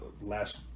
last